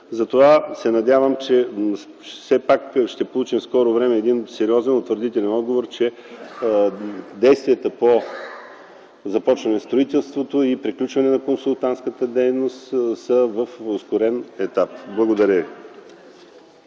Затова се надявам, че все пак в скоро време ще получим един сериозен, утвърдителен отговор, че действията по започване на строителството и приключване на консултантската дейност са в ускорен етап. Благодаря Ви.